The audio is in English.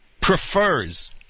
prefers